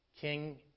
king